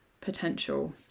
potential